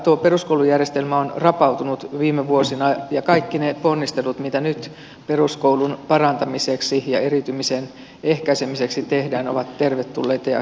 tuo peruskoulujärjestelmä on rapautunut viime vuosina ja kaikki ne ponnistelut mitä nyt peruskoulun parantamiseksi ja eriytymisen ehkäisemiseksi tehdään ovat tervetulleita ja hyviä